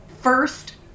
first